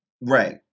Right